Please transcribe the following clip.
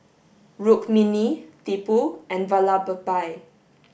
Tukmini Tipu and Vallabhbhai